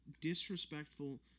disrespectful